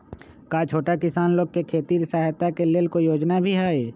का छोटा किसान लोग के खेती सहायता के लेंल कोई योजना भी हई?